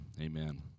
amen